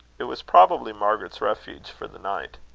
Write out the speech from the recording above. it was probably margaret's refuge for the night.